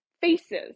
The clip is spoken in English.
faces